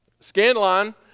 Scandalon